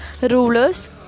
Rulers